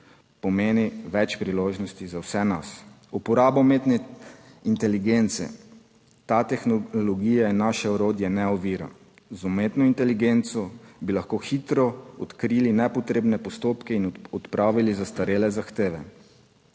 pomeni več priložnosti za vse nas. Uporabo umetne inteligence, ta tehnologija je naše orodje, ne ovira. Z umetno inteligenco bi lahko hitro odkrili nepotrebne postopke in odpravili zastarele zahteve.